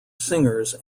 singers